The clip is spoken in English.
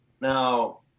Now